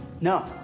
No